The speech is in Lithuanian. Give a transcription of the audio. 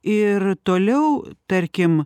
ir toliau tarkim